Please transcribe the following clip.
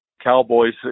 cowboys